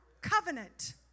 covenant